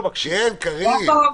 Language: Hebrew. יעקב,